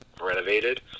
renovated